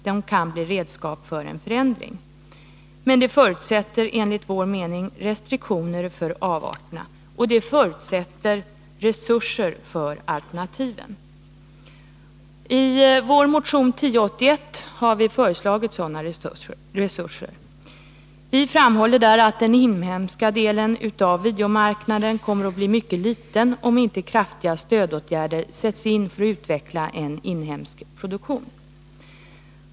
Den kan bli redskap för en förändring. Men det förutsätter enligt vår mening restriktioner för avarterna. Och det förutsätter resurser för alternativen. I vår motion 1081 har vi föreslagit sådana resurser. Vi framhåller där att den inhemska delen av videomarknaden kommer att bli mycket liten, om inte kraftiga stödåtgärder sätts in för att utveckla en inhemsk produktion.